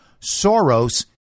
Soros